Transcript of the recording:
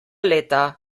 leta